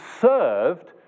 served